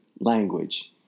language